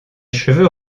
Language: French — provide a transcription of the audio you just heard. cheveux